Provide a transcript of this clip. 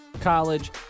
college